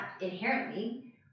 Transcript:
inherently